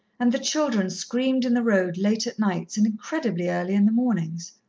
and the children screamed in the road late at nights and incredibly early in the mornings.